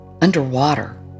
underwater